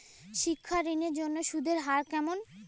শিক্ষা ঋণ এর জন্য সুদের হার কেমন?